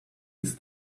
his